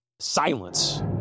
Silence